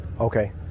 okay